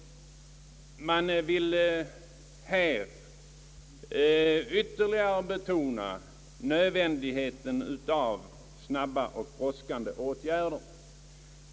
Man vill här ytterligare betona nödvändigheten av snabba åtgärder.